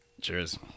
Cheers